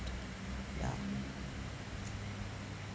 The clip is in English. ya